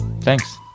Thanks